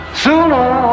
sooner